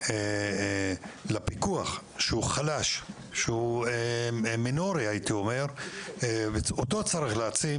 שהפיקוח חלש, הוא מינורי, אותו צריך להעצים.